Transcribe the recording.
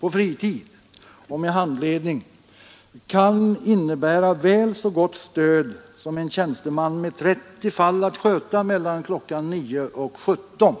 på fritid och med vården, m.m. handledning kan innebära väl så gott stöd som en tjänsteman med 30 fall att sköta mellan kl. 9 och 17.